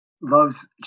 loves